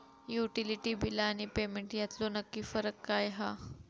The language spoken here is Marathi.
युटिलिटी बिला आणि पेमेंट यातलो नक्की फरक काय हा?